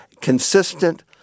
consistent